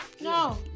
No